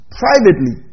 privately